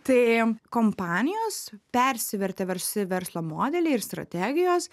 tai kompanijos persivertė versi verslo modeliai ir strategijos